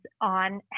on